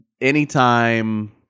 anytime